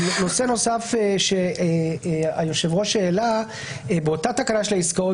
נושא נוסף שהיושב ראש העלה הוא האם באותה תקנה של עסקאות